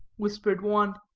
whispered one.